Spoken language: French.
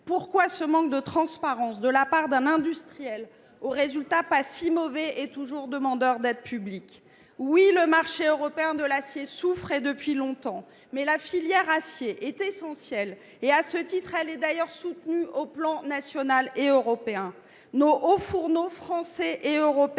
Pourquoi ce manque de transparence de la part d'un industriel aux résultats pas si mauvais et toujours demandeurs d'aide publique. Oui, le marché européen de l'acier souffrait depuis longtemps, mais la filière acier est essentielle et, à ce titre, elle est d'ailleurs soutenue au plan national et européen. Nos hauts fourneaux français et européens